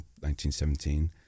1917